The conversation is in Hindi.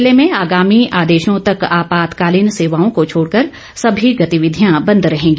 जिले में आगामी आदेशों तक आपातकालीन सेवाओं को छोड़कर सभी गतिविधियां बंद रहेंगी